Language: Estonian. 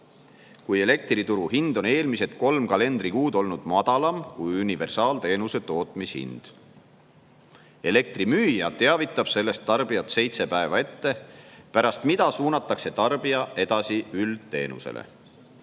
kui elektrituru hind on eelmised kolm kalendrikuud olnud madalam, kui universaalteenuse tootmishind. Elektrimüüja teavitab sellest tarbijat 7 päeva ette pärast mida suunatakse tarbija edasi üldteenusele.